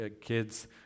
kids